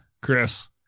Chris